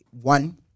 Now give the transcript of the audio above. one –